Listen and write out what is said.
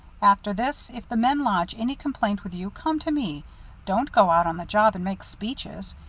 after this, if the men lodge any complaint with you, come to me don't go out on the job and make speeches.